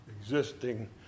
existing